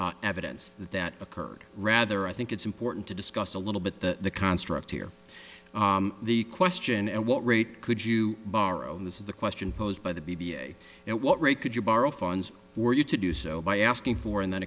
not evidence that that occurred rather i think it's important to discuss a little bit the construct here the question and what rate could you borrow and this is the question posed by the b b a at what rate could you borrow funds for you to do so by asking for and then